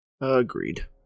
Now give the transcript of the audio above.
Agreed